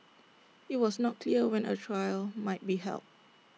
IT was not clear when A trial might be held